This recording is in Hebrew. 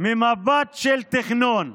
ממבט של תכנון,